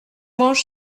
mange